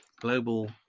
global